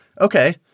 Okay